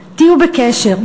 תהיו בקשר,